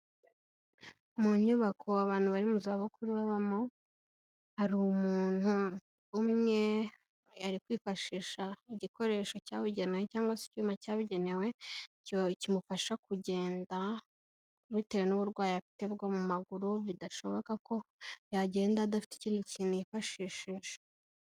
Mu nyubako abantu bari mu zabukuru babamo hari umuntu umwe, ari kwifashisha igikoresho cyabugenewe cyangwa se icyuma cyabugenewe kimufasha kugenda bitewe n'uburwayi afite bwo mu maguru bidashoboka ko yagenda adafite ikindi kintu yifashishije.